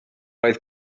oedd